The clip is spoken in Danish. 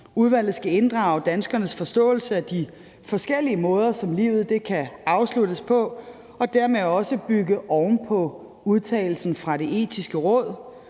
Udvalget skal inddrage danskernes forståelse af de forskellige måder, som livet kan afsluttes på, og dermed også bygge oven på udtalelsen fra Det Etiske Råd.